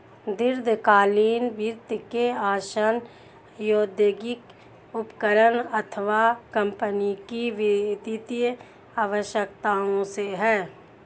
दीर्घकालीन वित्त से आशय औद्योगिक उपक्रम अथवा कम्पनी की वित्तीय आवश्यकताओं से है